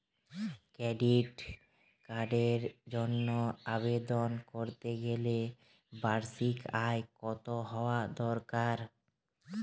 Credit কার্ডের জন্য আবেদন করতে গেলে বার্ষিক আয় কত হওয়া দরকার?